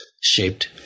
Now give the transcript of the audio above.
shaped